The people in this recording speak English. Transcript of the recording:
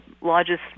largest